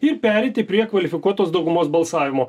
ir pereiti prie kvalifikuotos daugumos balsavimo